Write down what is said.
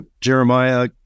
Jeremiah